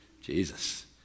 Jesus